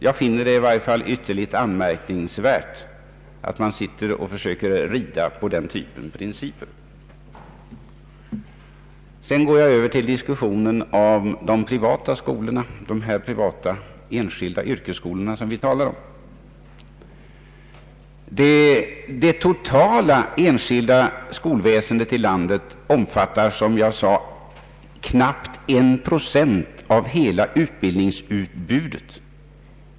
Jag finner det i varje fall ytterligt anmärkningsvärt att man försöker rida på den typen av principer. Sedan går jag över till diskussionen om de enskilda yrkesskolorna. Det totala enskilda skolväsendet i landet omfattar, som jag har sagt, knappt en procent av hela utbildningsutbudet.